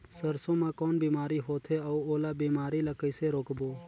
सरसो मा कौन बीमारी होथे अउ ओला बीमारी ला कइसे रोकबो?